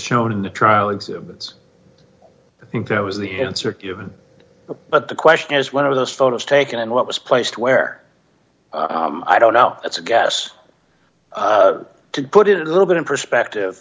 shown in the trial exhibits i think that was the answer but the question is one of those photos taken and what was placed where i don't know it's a guess to put it a little bit in perspective